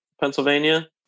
Pennsylvania